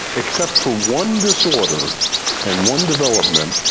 except for one disorder and one development,